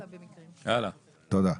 תודה.